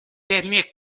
derniers